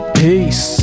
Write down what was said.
peace